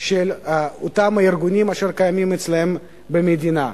של אותם ארגונים אשר קיימים אצלם במדינה.